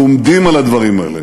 אנחנו עומדים על הדברים האלה